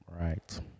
Right